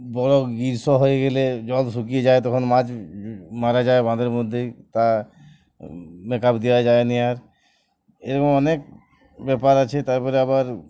বড় গ্রীষ্ম হয়ে গেলে জল শুকিয়ে যায় তখন মাছ মারা যায় বাঁধের মধ্যেই তা মেকআপ দেওয়া যায় না আর এরকম অনেক ব্যাপার আছে তার পরে আবার